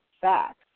Facts